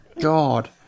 God